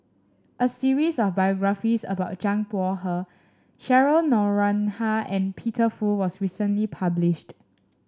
a series of biographies about Zhang Bohe Cheryl Noronha and Peter Fu was recently published